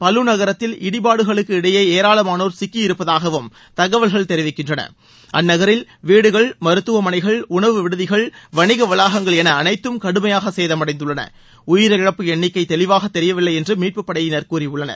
பலு நகரத்தில் இடிபாடுகளுக்கு இடையே ஏராளமானோர் சிக்கி இருப்பதாகவும் தகவல்கள் தெரிவிக்கின்றன அந்நகரில் வீடுகள் மருத்துவமனைகள் உணவு விடுதிகள் வணிக வளாகங்கள் என அனைத்தும் கடுமையாக சேதமடைந்துள்ளன உயிரிழப்பு எண்ணிக்கை தெளிவாக தெரியவில்லை என்று மீட்புப்படையினர் கூறியுள்ளனர்